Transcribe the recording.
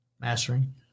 mastering